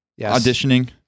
auditioning